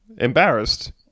Embarrassed